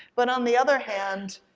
but on the other hand,